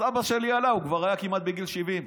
כשסבא שלי עלה הוא היה כמעט בגיל 70,